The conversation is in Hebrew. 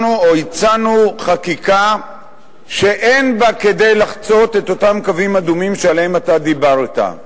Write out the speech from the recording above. הצענו חקיקה שאין בה כדי לחצות את אותם קווים אדומים שעליהם אתה דיברת.